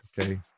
okay